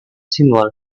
similar